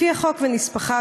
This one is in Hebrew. לפי החוק ונספחיו,